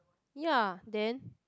ya then